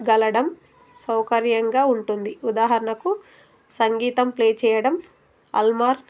గలడం సౌకర్యంగా ఉంటుంది ఉదాహరణకు సంగీతం ప్లే చేయడం అల్మార్